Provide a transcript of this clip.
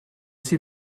suis